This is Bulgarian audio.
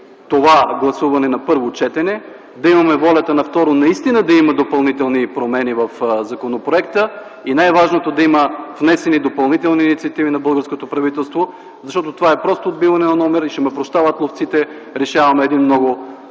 това гласуване на първо четене, да имаме волята на второ, наистина, да има допълнителни промени в законопроекта и най-важното да има внесени допълнителни инициативи на българското правителство, защото това е просто отбиване на номера, и ще ме прощават ловците – добре решаваме един техен